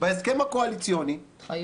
בהסכם הקואליציוני -- התחייבות.